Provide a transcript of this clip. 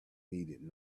needed